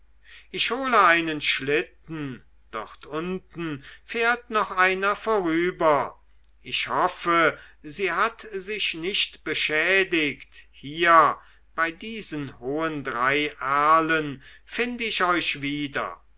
ich hole einen schlitten dort unten fährt noch einer vorüber ich hoffe sie hat sich nicht beschädigt hier bei diesen hohen drei erlen find ich euch wieder